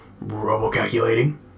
robo-calculating